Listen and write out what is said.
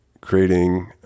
creating